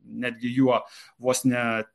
netgi juo vos ne